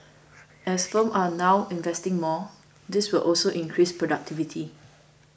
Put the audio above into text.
as firms are now investing more this will also increase productivity